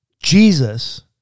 Jesus